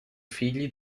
figli